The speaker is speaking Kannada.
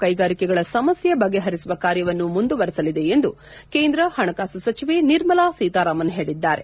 ಕೈಗಾರಿಕೆಗಳ ಸಮಸ್ತೆ ಬಗೆಹರಿಸುವ ಕಾರ್ಯವನ್ನು ಮುಂದುವರಿಸಲಿದೆ ಎಂದು ಕೇಂದ್ರ ಪಣಕಾಸು ಸಚಿವೆ ನಿರ್ಮಲಾ ಸೀತಾರಾಮನ್ ಹೇಳಿದ್ದಾರೆ